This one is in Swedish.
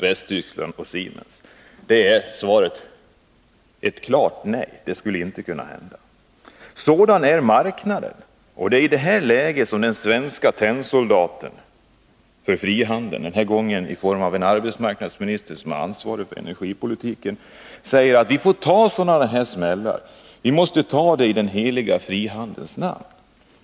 Västtyskland och Siemens. Svaret är ett klart nej— det skulle inte ha kunnat hända. Sådan är marknaden. Och det är i det här läget som den svenska tennsoldaten för frihandeln — den här gången i form av en arbetsmarknadsminister som är ansvarig för energipolitiken — säger att vi får ta sådana här smällar, i den heliga frihandelns namn.